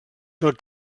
del